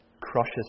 crushes